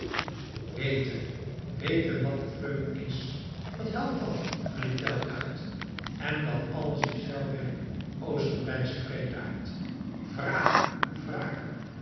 weten weten wat de föhn is wat helpt dat riep tell uit en dat alles is jouw werk oostenrijksche wreedaard wraak wraak